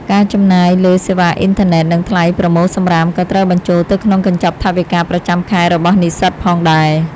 ការចំណាយលើសេវាអ៊ីនធឺណិតនិងថ្លៃប្រមូលសំរាមក៏ត្រូវបញ្ចូលទៅក្នុងកញ្ចប់ថវិកាប្រចាំខែរបស់និស្សិតផងដែរ។